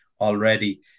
already